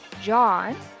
John